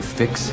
fix